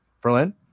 Berlin